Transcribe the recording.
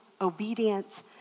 obedience